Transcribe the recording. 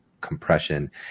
compression